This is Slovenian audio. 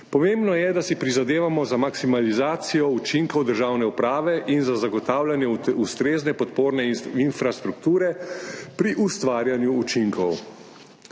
Pomembno je, da si prizadevamo za maksimalizacijo učinkov državne uprave in za zagotavljanje ustrezne podporne infrastrukture pri ustvarjanju učinkov.